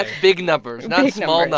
ah big numbers, not small but